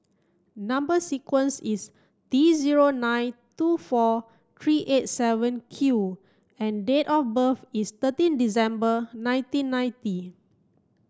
number sequence is T zero nine two four three eight seven Q and date of birth is thirteen December nineteen ninety